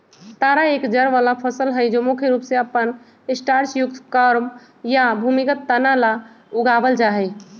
तारा एक जड़ वाला फसल हई जो मुख्य रूप से अपन स्टार्चयुक्त कॉर्म या भूमिगत तना ला उगावल जाहई